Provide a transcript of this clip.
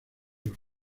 los